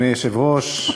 אדוני היושב-ראש,